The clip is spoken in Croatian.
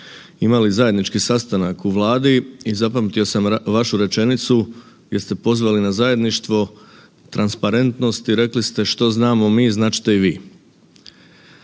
imali zajednički sastanak u Vladi i zapamtio sam vašu rečenicu, gdje ste pozvali na zajedništvo, transparentnost i rekli ste, što znamo mi, znat ćete i vi.